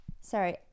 sorry